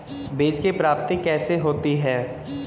बीज की प्राप्ति कैसे होती है?